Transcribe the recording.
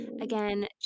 again